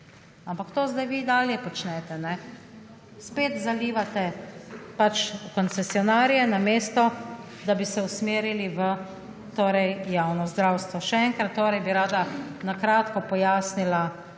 ampak to vi sedaj dalje počnete. Spet zalivate pač koncesionarje namesto, da bi se usmerili v torej javno zdravstvo. Še enkrat torej bi rada na kratko pojasnila